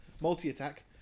Multi-attack